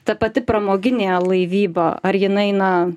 ta pati pramoginė laivyba ar jinai na